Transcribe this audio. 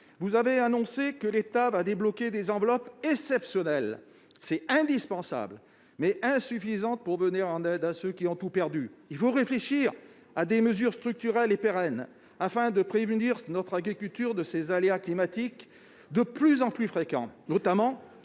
Vous avez annoncé que l'État allait débloquer des enveloppes exceptionnelles. C'est indispensable, mais c'est insuffisant pour venir en aide à ceux qui ont tout perdu. Il faut réfléchir à des mesures structurelles et pérennes, afin de prémunir notre agriculture de ces aléas climatiques de plus en plus fréquents, notamment